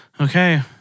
Okay